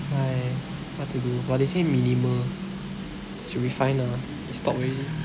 !hais! what to do but they say minimal should be fine ah stop already